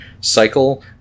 cycle